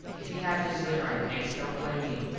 if you have his liver on your hands dont blame me.